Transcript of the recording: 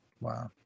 Wow